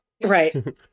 Right